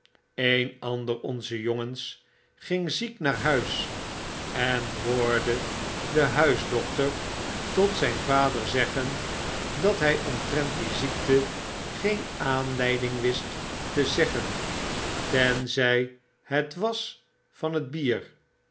een ander olnzer jongens ging ziek naar huis en hoorde den huisdokter tot zyn vader zeggen dat by ointrent die ziekte geen aanleiding wist te zeggfen tenzy het was van het bier